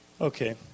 Okay